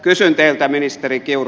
kysyn teiltä ministeri kiuru